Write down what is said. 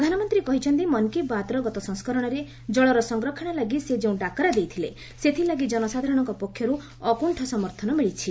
ପ୍ରଧାନମନ୍ତ୍ରୀ କହିଛନ୍ତି ମନ୍ କୀ ବାତ୍ର ଗତ ସଂସ୍କରଣରେ ଜଳର ସଂରକ୍ଷଣ ଲାଗି ସେ ଯେଉଁ ଡାକରା ଦେଇଥିଲେ ସେଥିଲାଗି ଜନସାଧାରଣଙ୍କ ପକ୍ଷର୍ ଅକୃଷ୍ଣ ସମର୍ଥନ ମିଳିଛି